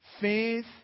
Faith